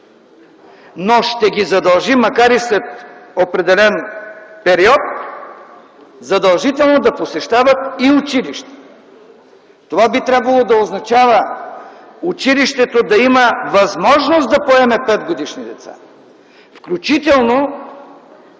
но ще ги задължи, макар и след определен период, задължително да посещават и училище. Това би трябвало да означава училището да има възможност да поеме 5-годишни деца включително